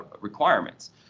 requirements